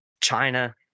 China